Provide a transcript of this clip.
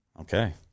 Okay